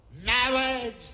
Marriage